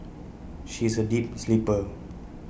she is A deep sleeper